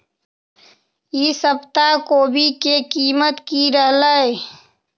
ई सप्ताह कोवी के कीमत की रहलै?